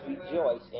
rejoice